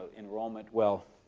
enrollment. well,